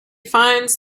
finds